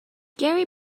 gary